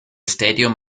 stadium